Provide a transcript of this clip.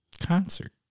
Concert